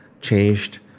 changed